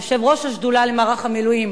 יושב-ראש השדולה למערך המילואים,